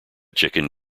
chicken